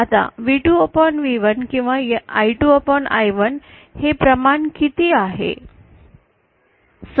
आता V2V1 किंवा I2I1 हे प्रमाण किती आहे